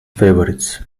favorites